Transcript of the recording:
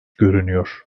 görünüyor